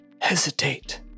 hesitate